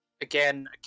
again